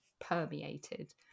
permeated